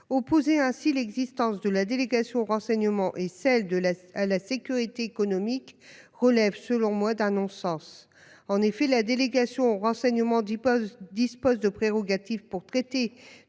opposé ainsi l'existence de la délégation au renseignement et celle de la à la sécurité économique relève selon moi d'un non-sens en effet la délégation au renseignement du dispose de prérogatives pour traiter